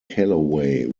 calloway